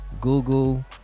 Google